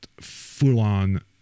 full-on